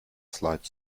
slight